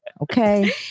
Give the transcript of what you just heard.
Okay